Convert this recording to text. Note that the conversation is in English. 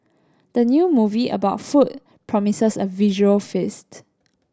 the new movie about food promises a visual feast